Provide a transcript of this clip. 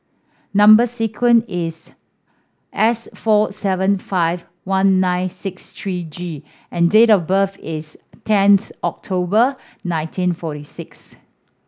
number sequence is S four seven five one nine six three G and date of birth is tenth October nineteen forty six